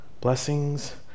blessings